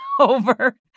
over